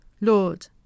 Lord